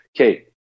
Okay